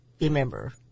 Remember